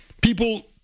People